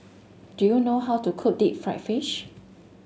do you know how to cook Deep Fried Fish